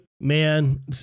Man